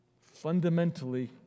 fundamentally